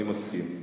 אני מסכים.